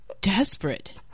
desperate